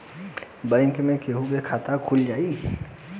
Bank में केहूओ के खाता खुल जाई का?